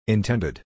Intended